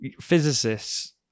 physicists